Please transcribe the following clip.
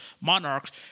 monarchs